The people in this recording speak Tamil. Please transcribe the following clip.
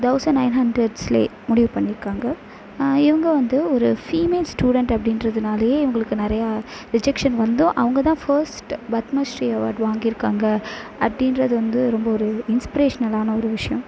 தௌசண்ட் நைன் ஹண்ட்ரெட்ஸ்லேயே முடிவு பண்ணியிருக்காங்க இவங்க வந்து ஒரு ஃபீமேல் ஸ்டூடண்ட் அப்படின்றதுனாலையே இவங்களுக்கு நிறையா ரிஜக்ஷன் வந்தும் அவங்க தான் ஃபர்ஸ்ட் பத்மஸ்ரீ அவார்ட் வாங்கியிருக்காங்க அப்படின்றது வந்து ரொம்ப ஒரு இன்ஸ்பிரேஷ்னலான ஒரு விஷயம்